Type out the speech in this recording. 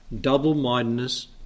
double-mindedness